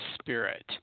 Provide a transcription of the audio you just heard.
spirit